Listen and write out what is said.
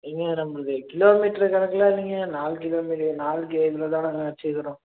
ஏங்க நம்பளுது கிலோமீட்ரு கணக்கில் நீங்கள் நாள் கிலோ நாளுக்கு இவ்வளோ தான் நாங்கள் வச்சுக்கிறோம்